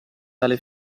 tale